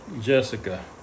Jessica